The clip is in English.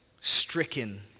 stricken